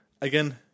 Again